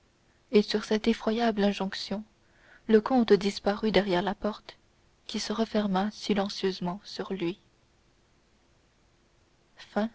et sur cette effroyable injonction le comte disparut derrière la porte qui se referma silencieusement sur lui